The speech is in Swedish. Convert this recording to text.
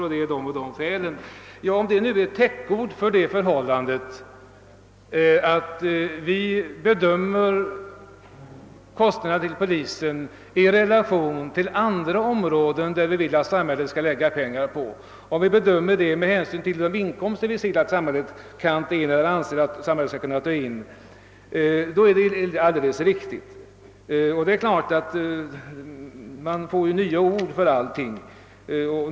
Om det är ett täckord för det förhållandet, att vi sätter kostnaderna för polisen i relation till kostnaderna för andra områden där vi vill att samhället skall placera pengar, och för det förhållandet att vi bedömer kostnadernas storlek med hänsyn till de inkomster vi anser att samhället kan ta in, så har man fattat alldeles rätt.